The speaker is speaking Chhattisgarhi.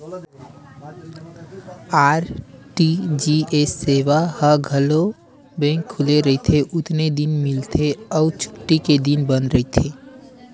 आर.टी.जी.एस सेवा ह घलो बेंक खुले रहिथे तउने दिन मिलथे अउ छुट्टी के दिन बंद रहिथे